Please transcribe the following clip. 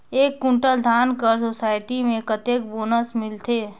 एक कुंटल धान कर सोसायटी मे कतेक बोनस मिलथे?